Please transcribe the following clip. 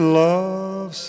love